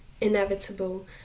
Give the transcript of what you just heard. inevitable